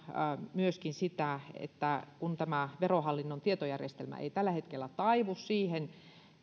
myöskin sitä että kun tämä verohallinnon tietojärjestelmä ei tällä hetkellä taivu siihen